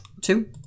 Two